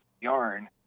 yarn